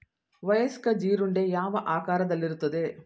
ವಯಸ್ಕ ಜೀರುಂಡೆ ಯಾವ ಆಕಾರದಲ್ಲಿರುತ್ತದೆ?